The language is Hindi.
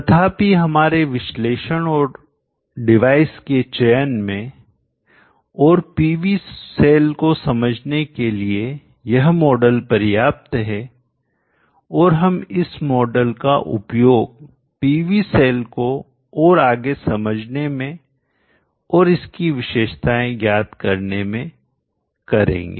तथापि हमारे विश्लेषण और डिवाइस के चयन में और पीवी सेल को समझने के लिए यह मॉडल पर्याप्त है और हम इस मॉडल का उपयोग पीवी सेल को और आगे समझने और इसकी विशेषताएँ ज्ञात करने में करेंगे